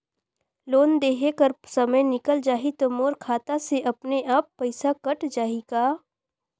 Loan देहे कर समय निकल जाही तो मोर खाता से अपने एप्प पइसा कट जाही का?